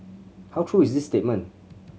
how true is this statement